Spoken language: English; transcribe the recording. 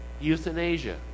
euthanasia